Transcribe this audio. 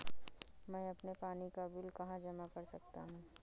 मैं अपने पानी का बिल कहाँ जमा कर सकता हूँ?